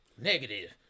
negative